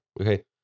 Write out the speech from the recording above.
Okay